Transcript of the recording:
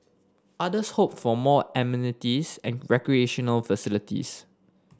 others hoped for more amenities and recreational facilities